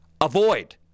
avoid